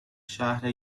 شهر